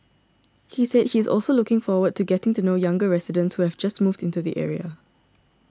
he said he is also looking forward to getting to know younger residents who have just moved into the area